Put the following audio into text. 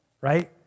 Right